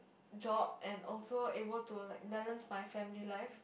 job and also able to like balance my family life